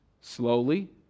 slowly